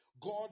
God